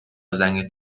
زنگ